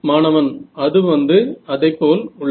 மாணவன் அது வந்து அதைப்போல் உள்ளது